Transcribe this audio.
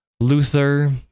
Luther